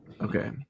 Okay